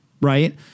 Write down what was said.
Right